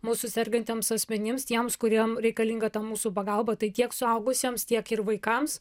mūsų sergantiems asmenims tiems kuriem reikalinga ta mūsų pagalba tai tiek suaugusiems tiek ir vaikams